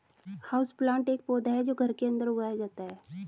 houseplant एक पौधा है जो घर के अंदर उगाया जाता है